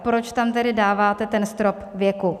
Proč tam tedy dáváte ten strop věku?